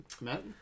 matt